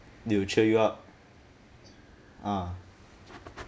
they will cheer you up ah